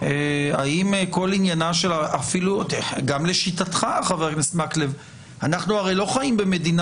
גם לשיטתך חבר הכנסת מקלב אנחנו הרי לא חיים במדינה